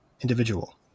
individual